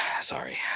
sorry